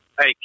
Hey